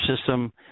system